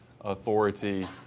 authority